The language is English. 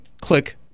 click